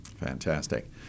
fantastic